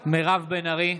(קורא בשמות חברי הכנסת) מירב בן ארי,